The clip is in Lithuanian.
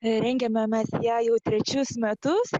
rengiame mes ją jau trečius metus